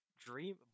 Dream